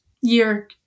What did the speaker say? year